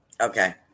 Okay